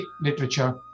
literature